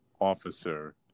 officer